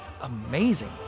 amazing